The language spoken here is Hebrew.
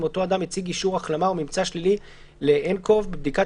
אותו אדם הציג אישור החלמה או ממצא שלילי לאלקוב לבדיקת